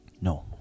No